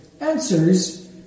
answers